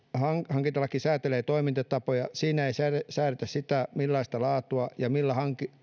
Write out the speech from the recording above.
hankintalaki säätelee toimintatapoja mutta siinä ei säädetä sitä millaista laatua ja millä